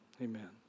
Amen